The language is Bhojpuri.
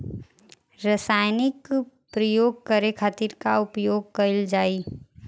रसायनिक प्रयोग करे खातिर का उपयोग कईल जाइ?